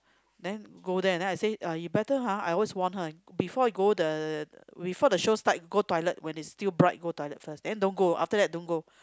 then go there then I say you better !huh! I always warn her before go the before the show start go toilet when is still bright go toilet first then don't go after that don't go